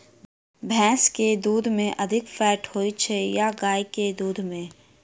भैंस केँ दुध मे अधिक फैट होइ छैय या गाय केँ दुध में?